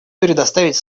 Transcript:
предоставить